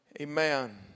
Amen